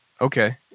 Okay